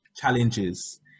challenges